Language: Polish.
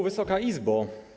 Wysoka Izbo!